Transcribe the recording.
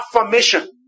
affirmation